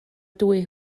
dwy